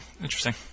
Interesting